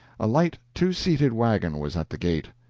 a light two-seated wagon was at the gate.